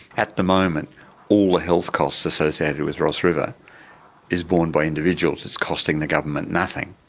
at the moment all the health costs associated with ross river is borne by individuals, it's costing the government nothing.